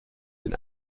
den